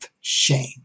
shame